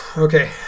Okay